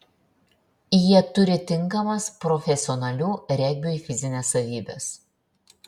jie turi tinkamas profesionalų regbiui fizines savybes